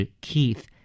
Keith